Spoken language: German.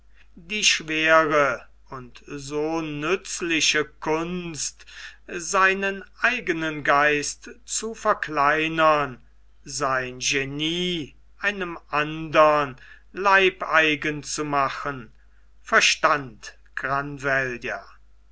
die schwere und so nützliche kunst seinen eigenen geist zu verkleinern sein genie einem andern leibeigen zu machen verstand granvella